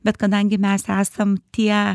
bet kadangi mes esam tie